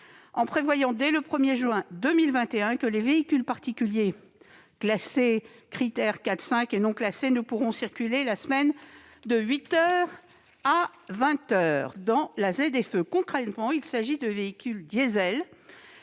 en prévoyant dès le 1 juin 2021 que les véhicules particuliers classés Crit'Air 4 et 5 et non classés ne pourront circuler en semaine de huit heures à vingt heures dans la ZFE. Concrètement, il s'agit de véhicules diesel